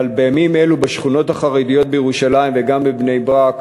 אבל בימים אלה בשכונות החרדיות בירושלים וגם בבני-ברק